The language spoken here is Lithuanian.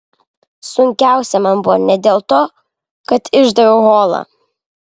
sunkiausia man buvo ne dėl to kad išdaviau holą